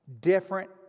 different